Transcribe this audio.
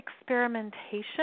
experimentation